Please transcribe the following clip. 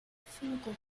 cinco